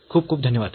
खूप खूप धन्यवाद